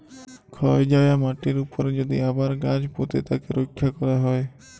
ক্ষয় যায়া মাটির উপরে যদি আবার গাছ পুঁতে তাকে রক্ষা ক্যরা হ্যয়